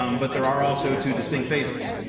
um but there are also two distinct phases.